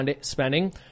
spending